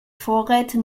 vorräte